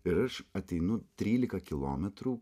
ir aš ateinu trylika kilometrų